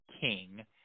King